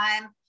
time